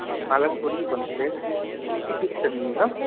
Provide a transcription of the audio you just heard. हाँ पालक पूरी वन प्लेट एक ही करनी है ना